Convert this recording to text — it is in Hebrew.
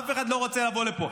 אף אחד לא רוצה לבוא לפה.